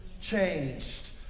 Changed